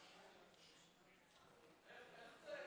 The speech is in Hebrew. איך זה,